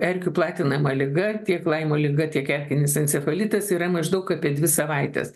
erkių platinama liga tiek laimo liga tiek erkinis encefalitas yra maždaug apie dvi savaites